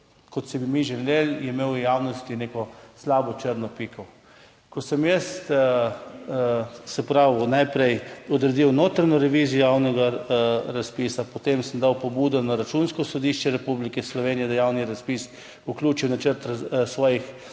kot bi si mi želeli, je imel v javnosti neko črno piko. Ko sem jaz najprej odredil notranjo revizijo javnega razpisa, potem sem dal pobudo na Računsko sodišče Republike Slovenije, da javni razpis vključi v načrt svojih